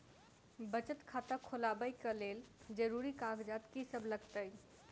बचत खाता खोलाबै कऽ लेल जरूरी कागजात की सब लगतइ?